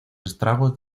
estragos